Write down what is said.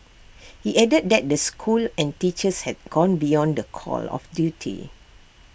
he added that the school and teachers had gone beyond the call of duty